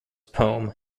poem